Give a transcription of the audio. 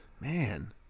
Man